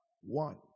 one